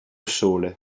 sole